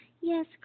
Yes